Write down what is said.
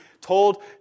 told